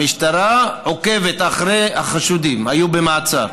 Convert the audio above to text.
המשטרה עוקבת אחרי החשודים, הם היו במעצר,